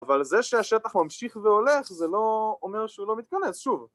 אבל זה שהשטח ממשיך והולך' זה לא אומר שהוא לא מתכנס שוב